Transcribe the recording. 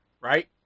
right